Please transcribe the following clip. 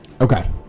Okay